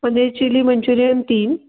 paneer chilli Manchurian तीन